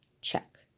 Check